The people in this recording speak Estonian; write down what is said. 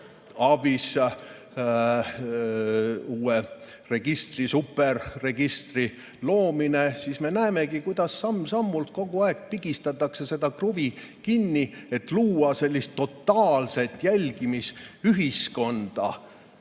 ABIS, uue superregistri loomine. Siis me näemegi, kuidas samm-sammult kogu aeg pigistatakse seda kruvi kinni, et luua totaalset jälgimisühiskonda